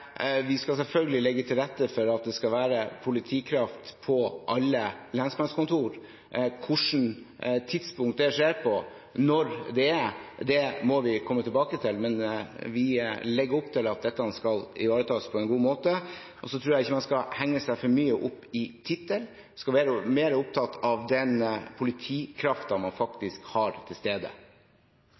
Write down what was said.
Vi skal selvfølgelig legge til rette for at det skal være politikraft på alle lensmannskontor. Hvilket tidspunkt det skjer på – når det er – må vi komme tilbake til, men vi legger opp til at dette skal ivaretas på en god måte. Så tror jeg ikke man skal henge seg for mye opp i tittel, men være mer opptatt av den politikraften man faktisk har til stede.